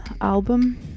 album